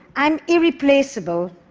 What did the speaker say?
i'm irreplaceable,